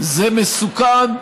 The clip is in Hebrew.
זה מסוכן,